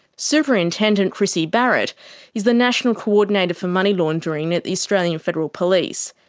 superintendent krissy barrett is the national coordinator for money laundering at the australian federal police.